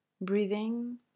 breathing